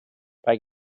bei